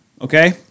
okay